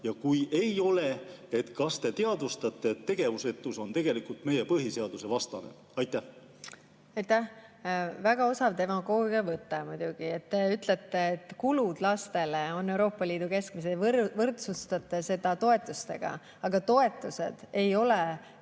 Kui ei ole, kas te teadvustate, et tegevusetus on tegelikult meie põhiseaduse vastane? Aitäh! Väga osav demagoogiavõte muidugi. Te ütlete, et kulud lastele on Euroopa Liidu keskmised … Võrdsustate seda toetustega, aga toetused ei ole